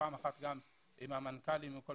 ופעם אחת גם עם המנכ"ל ומספר